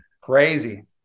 Crazy